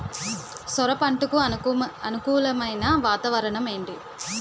సొర పంటకు అనుకూలమైన వాతావరణం ఏంటి?